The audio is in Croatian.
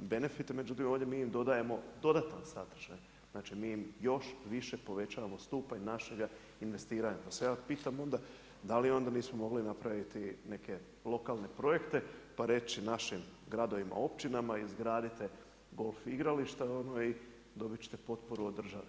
benefite, međutim mi ovdje dodajemo dodatan sadržaj, znači još više povećavamo stupanj našeg investiranja pa se ja pitam onda da li onda mi smo mogli napraviti neke lokalne projekte pa reći našim gradovima, općinama, izgradite golf igrališta i dobit ćete potporu od države.